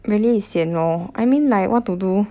really is sian lor I mean like what to do